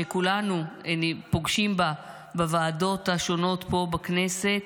שכולנו פוגשים בה בוועדות השונות פה בכנסת.